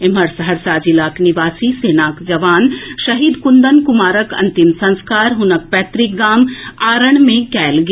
एम्हर सहरसा जिलाक निवासी सेनाक जवान शहीद कुंदन कुमारक अंतिम संस्कार हुनक पैतृक गाम आरण मे कएल गेल